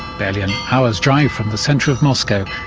barely an hour's drive from the centre of moscow,